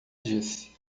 disse